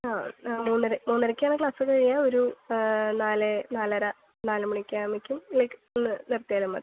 ആ മൂന്നര മൂന്നരയ്ക്കാണ് ക്ലാസ് കഴിയുക ഒരു നാല് നാലര നാലുമണിയൊക്കെ ആകുമ്പോഴേക്കും ലൈക് ഒന്ന് എത്തിയാൽ മതി